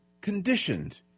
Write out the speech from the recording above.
conditioned